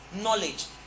Knowledge